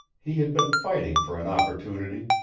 he had been fighting for an opportunity,